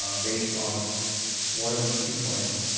ah based on one of these two plans,